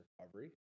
recovery